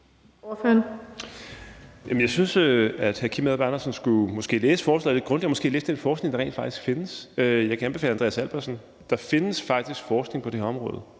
(RV): Jeg synes, at hr. Kim Edberg Andersen måske skulle læse forslaget lidt grundigere og måske læse den forskning, der rent faktisk findes. Jeg kan anbefale Andreas Albertsen. Der findes faktisk forskning på det her område,